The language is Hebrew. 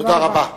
תודה רבה.